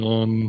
on